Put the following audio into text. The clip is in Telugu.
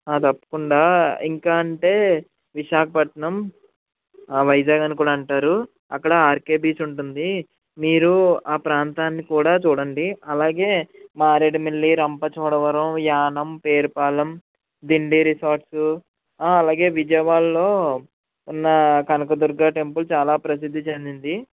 తప్పకుండా ఇంకా అంటే విశాఖపట్నం వైజాగ్ అని కూడా అంటారు అక్కడ ఆర్కే బీచ్ ఉంటుంది మీరూ ఆ ప్రాంతాన్ని కూడా చూడండి అలాగే మారేడుమిల్లి రంపచోడవరం యానం పేరుపాలెం దిండి రిసార్ట్సు అలాగే విజయవాడలో ఉన్నా కనకదుర్గ టెంపుల్ చాలా ప్రసిద్ధి చెందింది